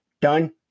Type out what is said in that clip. done